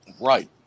Right